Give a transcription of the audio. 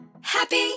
Happy